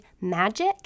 magic